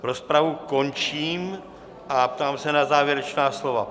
Rozpravu končím a ptám se na závěrečná slova?